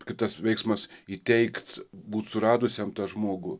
kad tas veiksmas įteikt būt suradusiam tą žmogų